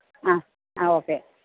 ആ ആ ഓക്കെ